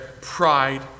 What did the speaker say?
pride